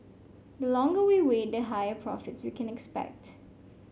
the longer we wait the higher profits we can expect